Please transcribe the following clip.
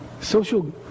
Social